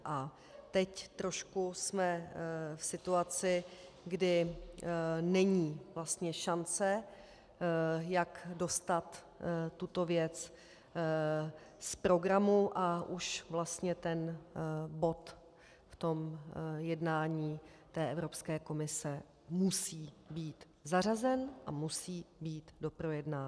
A teď jsme trošku v situaci, kdy není vlastně šance, jak dostat tuto věc z programu, a už vlastně ten bod v tom jednání Evropské komise musí být zařazen a musí být doprojednán.